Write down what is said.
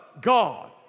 God